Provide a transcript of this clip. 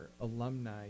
alumni